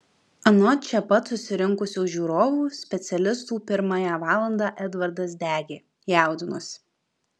anot čia pat susirinkusių žiūrovų specialistų pirmąją valandą edvardas degė jaudinosi